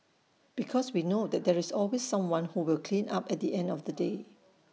because we know that there's always someone who will clean up at the end of the day